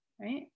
right